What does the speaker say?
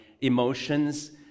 emotions